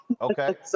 Okay